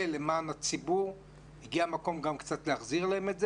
למען הציבור והגיע המקום גם קצת להחזיר להם.